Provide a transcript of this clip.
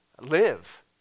live